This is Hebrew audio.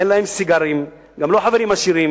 אין להם סיגרים, גם לא חברים עשירים,